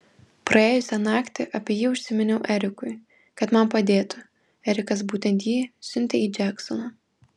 praėjusią naktį apie jį užsiminiau erikui kad man padėtų erikas būtent jį siuntė į džeksoną